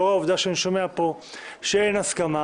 לאור העובדה שאני שומע פה שאין הסכמה,